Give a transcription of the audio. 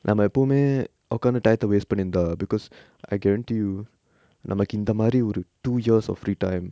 நம்ம எப்போவுமே உக்காந்து:namma eppovume ukkanthu taitha waste பன்னிருந்தா:panniruntha because I guarantee you நமக்கு இந்தமாரி ஒரு:namakku inthamari oru two years of free time